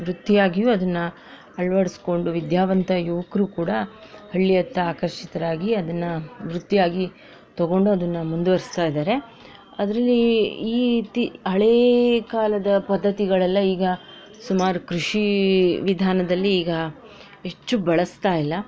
ವೃತ್ತಿಯಾಗಿಯೂ ಅದನ್ನ ಅಳವಡ್ಸ್ಕೊಂಡು ವಿದ್ಯಾವಂತ ಯುವಕರೂ ಕೂಡ ಹಳ್ಳಿಯತ್ತ ಆಕರ್ಷಿತರಾಗಿ ಅದನ್ನು ವೃತ್ತಿಯಾಗಿ ತಗೊಂಡು ಅದನ್ನ ಮುಂದುವರ್ಸ್ತಾ ಇದ್ದಾರೆ ಅದರಲ್ಲಿ ಈ ರೀತಿ ಹಳೇ ಕಾಲದ ಪದ್ಧತಿಗಳೆಲ್ಲ ಈಗ ಸುಮಾರು ಕೃಷಿ ವಿಧಾನದಲ್ಲಿ ಈಗ ಹೆಚ್ಚು ಬಳಸ್ತಾ ಇಲ್ಲ